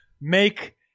Make